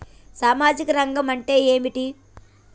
సామాజిక రంగం అంటే ఏమిటి?